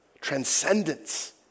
transcendence